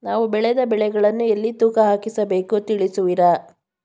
ನಾವು ಬೆಳೆದ ಬೆಳೆಗಳನ್ನು ಎಲ್ಲಿ ತೂಕ ಹಾಕಿಸ ಬೇಕು ತಿಳಿಸುವಿರಾ?